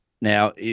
Now